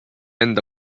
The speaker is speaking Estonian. enda